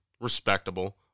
respectable